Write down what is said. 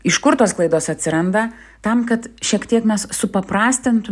iš kur tos klaidos atsiranda tam kad šiek tiek mes supaprastintumėm